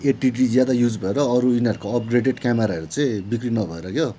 eighty D ज्यादा use भएर अरू यिनीहरूको अपग्रेडेड क्यामराहरू चाहिँ बिक्री नभएर क्या